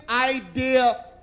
idea